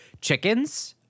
Chickens